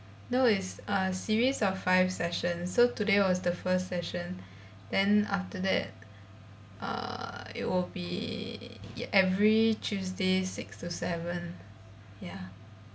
no it's uh series of five session so today was the first session then after that uh it will be every tuesday six to seven ya